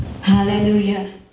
Hallelujah